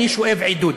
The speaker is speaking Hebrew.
אני שואב עידוד.